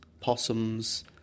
possums